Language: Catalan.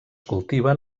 cultiven